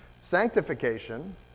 Sanctification